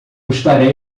estarei